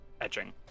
etching